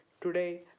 Today